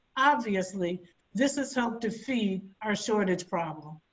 obviously this has helped to feed our shortage problem.